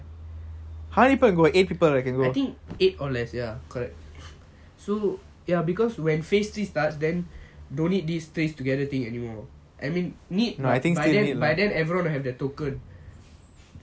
I think eight or less ya correct so ya because when phase three starts then don't need this trace together thing anymore I mean need but by then everyone will have the token